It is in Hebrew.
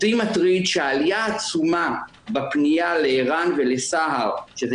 אותי מטריד שהעלייה העצומה בפניה לער"ן ולסה"ר שזה